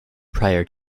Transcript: prior